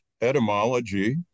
etymology